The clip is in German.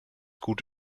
gut